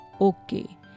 Okay